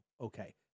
Okay